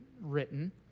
written